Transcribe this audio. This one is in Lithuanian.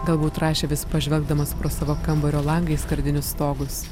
galbūt rašė vis pažvelgdamas pro savo kambario langą į skardinius stogus